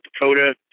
Dakota